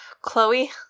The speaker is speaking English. Chloe